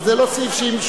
אבל זה לא סעיף 88,